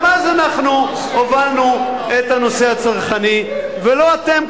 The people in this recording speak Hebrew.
גם אז אנחנו הובלנו את הנושא הצרכני ולא אתם,